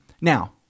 Now